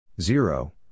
zero